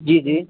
जी जी